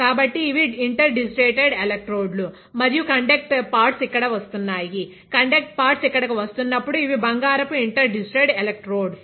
కాబట్టి అవి interdigitated electrode లు మరియు కండక్ట్ పాడ్స్ ఇక్కడ వస్తున్నాయి కండక్ట్ పాడ్స్ ఇక్కడకు వస్తున్నప్పుడు ఇవి బంగారపు ఇంటర్ డిజిటేడ్ ఎలెక్ట్రోడ్స్